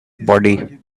body